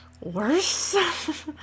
worse